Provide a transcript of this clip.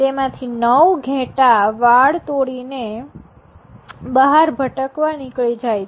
તેમાંથી ૯ ઘેટાં વાડ તોડીને બહાર ભટકવા નીકળી જાય છે